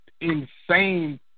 insane